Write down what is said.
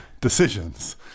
decisions